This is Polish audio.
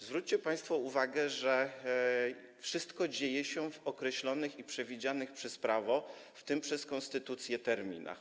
Zwróćcie państwo uwagę, że wszystko dzieje się w określonych i przewidzianych przez prawo, w tym przez konstytucję, terminach.